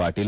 Patil